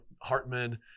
Hartman